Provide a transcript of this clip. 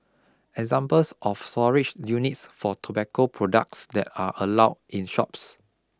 examples of storage units for tobacco products that are allowed in shops